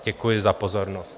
Děkuji za pozornost.